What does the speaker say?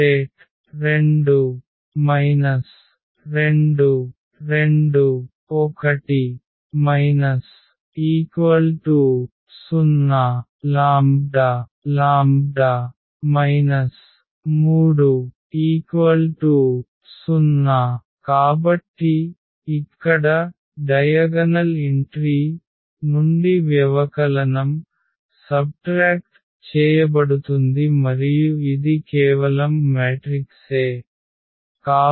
2 2 2 1 0 λ⇒λ 3 0 కాబట్టి ఇక్కడ వికర్ణ ఎంట్రీలు నుండి వ్యవకలనం చేయబడుతుంది మరియు ఇది కేవలం మ్యాట్రిక్స్ A